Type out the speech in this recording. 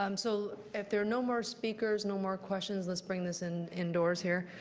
um so if there are no more speakers, no more questions, let's bring this and indoors here,